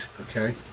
Okay